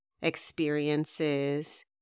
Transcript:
experiences